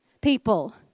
people